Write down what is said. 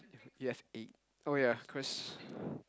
you have eight oh ya cause